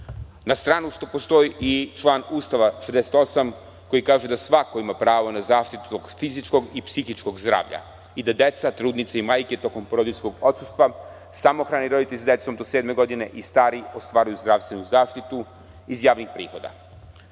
Na stranu što postoji i član Ustava 68. koji kaže da svako ima pravo na zaštitu fizičkog i psihičkog zdravlja i da deca, trudnice i majke tokom porodiljskog odsustva, samohrani roditelji sa decom do sedme godine i stari ostvaruju zdravstvenu zaštitu iz javnih prihoda. Ako